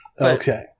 Okay